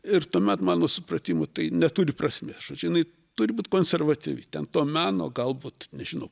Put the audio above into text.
ir tuomet mano supratimu tai neturi prasmės žodžiu jinai turi būt konservatyvi ten to meno galbūt nežinau